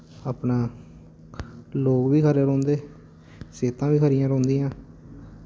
अपना लोक बी खरे रौंह्दे सेह्तां बी खरियां रोह्नदियां